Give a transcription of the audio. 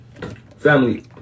family